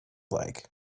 like